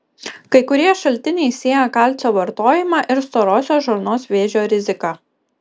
kai kurie šaltiniai sieja kalcio vartojimą ir storosios žarnos vėžio riziką